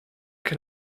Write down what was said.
can